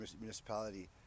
municipality